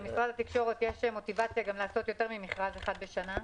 למשרד התקשורת יש מוטיבציה לעשות יותר ממכרז אחד בשנה.